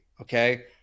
Okay